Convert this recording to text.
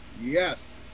Yes